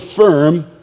firm